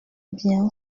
bien